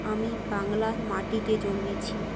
আমি বাংলার মাটিতে জন্মেছি